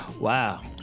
Wow